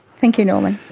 thank you norman.